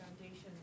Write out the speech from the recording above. foundation